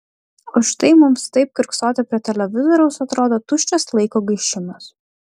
o štai mums taip kiurksoti prie televizoriaus atrodo tuščias laiko gaišimas